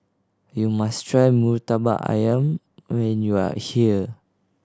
you must try Murtabak Ayam when you are here